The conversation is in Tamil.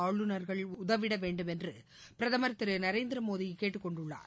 ஆளுநர்கள் உதவிட வேண்டும் என்று பிரதமர் திரு நரேந்திரமோடி கேட்டுக்கொண்டுள்ளார்